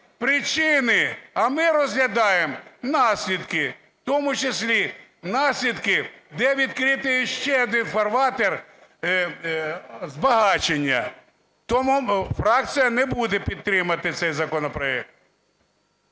причини, а ми розглядаємо наслідки, в тому числі наслідки, де відкрити ще один фарватер збагачення. Тому фракція не буде підтримувати цей законопроект.